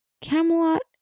Camelot